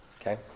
okay